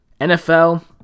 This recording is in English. NFL